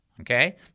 okay